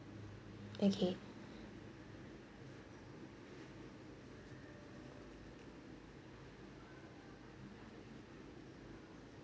okay